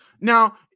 Now